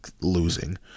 losing